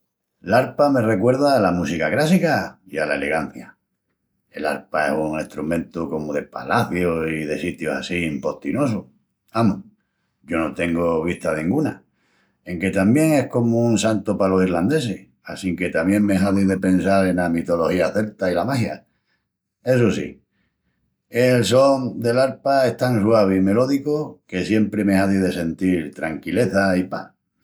L'arpa me recuerda ala música crássica i ala elegancia. El arpa es un estrumentu comu de palacius i de sitius assín postinosus. Amus, yo no tengu vista denguna. Enque tamién es comu un santu palos ilrandesis, assinque tamién me hazi de pensal ena mitología celta i la magia. Essu sí, el son del arpa es tan suavi i melódicu que siempri me hazi de sentil tranquileza i pas.